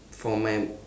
for my